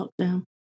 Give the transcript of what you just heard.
lockdown